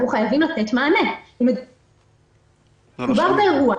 אנחנו חייבים לתת מענה --- מדובר באירוע,